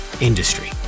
industry